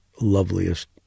loveliest